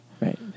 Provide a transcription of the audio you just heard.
Right